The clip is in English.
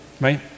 right